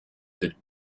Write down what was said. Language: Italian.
del